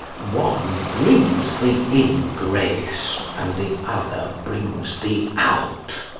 one brings the in grace, and the other brings thee out.